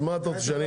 אז מה אתה רוצה?